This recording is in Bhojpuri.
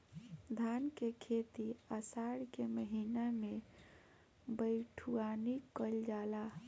धान के खेती आषाढ़ के महीना में बइठुअनी कइल जाला?